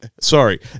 Sorry